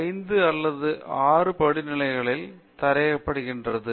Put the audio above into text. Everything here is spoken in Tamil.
விஸ்வநாதன் இன்று அது 5 அல்லது 6 படி நிலைகளில் தயாரிக்கப்படுகிறது